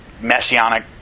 messianic